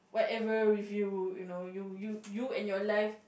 whatever with you you know you you you and your life